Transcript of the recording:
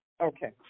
Okay